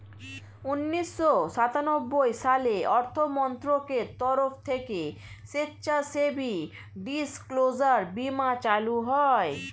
উন্নিশো সাতানব্বই সালে অর্থমন্ত্রকের তরফ থেকে স্বেচ্ছাসেবী ডিসক্লোজার বীমা চালু হয়